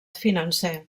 financer